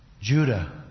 Judah